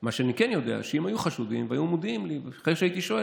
מה שאני כן יודע זה שאם היו חשודים והיו מודיעים לי אחרי שהייתי שואל,